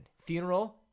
Funeral